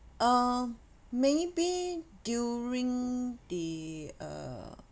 uh maybe during the uh